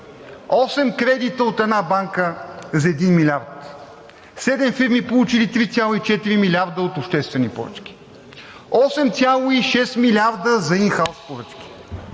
кредита от една банка за 1 милиард. Седем фирми получили 3,4 милиарда от обществени поръчки, 8,6 милиарда за ин хаус поръчки.